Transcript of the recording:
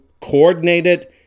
coordinated